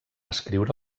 escriure